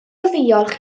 ddiolch